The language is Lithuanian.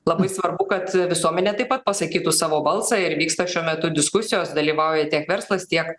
labai svarbu kad visuomenė taip pat pasakytų savo balsą ir vyksta šiuo metu diskusijos dalyvauja tiek verslas tiek